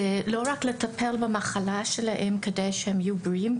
לא רק לטפל במחלה שלהם כדי שהם יהיו בריאים,